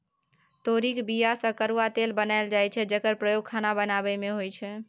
तोरीक बीया सँ करुआ तेल बनाएल जाइ छै जकर प्रयोग खाना बनाबै मे होइ छै